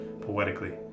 poetically